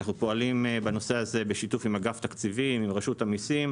אנחנו פועלים בנושא הזה בשיתוף עם אגף תקציבים ועם רשות המסים.